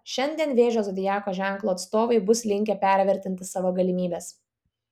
šiandien vėžio zodiako ženklo atstovai bus linkę pervertinti savo galimybes